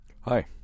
Hi